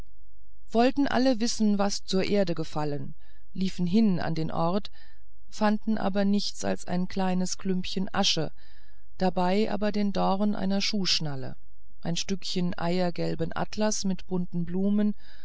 wollten alle wissen was zur erde gefallen liefen hin an den ort fanden aber nichts als ein kleines klümpchen asche dabei aber den dorn einer schuhschnalle ein stückchen eiergelben atlas mit bunten blumen